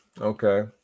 Okay